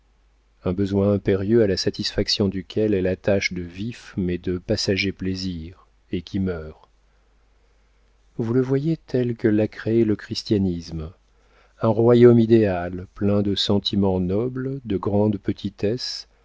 un besoin impérieux à la satisfaction duquel elle attache de vifs mais de passagers plaisirs et qui meurt vous le voyez tel que l'a créé le christianisme un royaume idéal plein de sentiments nobles de grandes petitesses